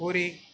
puri